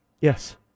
Yes